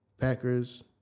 Packers